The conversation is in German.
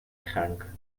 krank